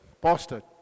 pastor